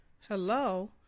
Hello